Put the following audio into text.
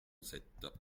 sept